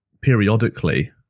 periodically